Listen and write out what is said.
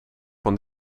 van